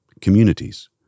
communities